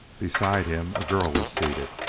beside him a girl was seated.